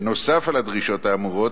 בנוסף על הדרישות האמורות,